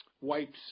wipes